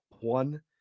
one